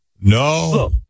No